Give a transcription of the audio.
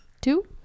two